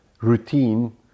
routine